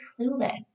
clueless